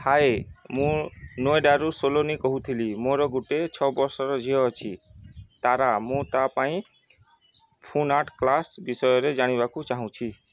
ହାଏ ମୁଁ ନୋଏଡ଼ାରୁ ସୋଲନୀ କହୁଥିଲି ମୋର ଗୋଟେ ଛଅ ବର୍ଷର ଝିଅ ଅଛି ତାରା ମୁଁ ତା ପାଇଁ ଫନ୍ ଆର୍ଟ୍ କ୍ଲାସ୍ ବିଷୟରେ ଜାଣିବାକୁ ଚାହୁଁଛି